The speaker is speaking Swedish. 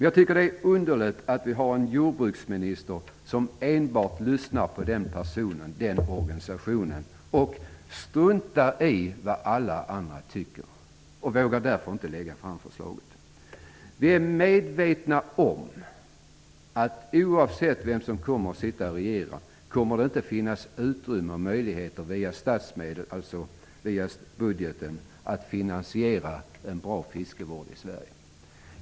Jag tycker att det är underligt att vi har en jordbruksminister som enbart lyssnar till den personen, den organisationen, och struntar i vad alla andra tycker. Han vågar därför inte lägga fram förslaget. Vi är medvetna om att oavsett vem det är som kommer att regera, kommer det inte att finnas utrymme via budgeten att finansiera en bra fiskevård i Sverige.